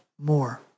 more